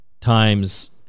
Times